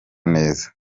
neza